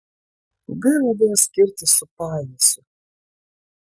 gaila buvo skirtis su pajiesiu